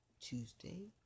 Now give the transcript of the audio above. Tuesday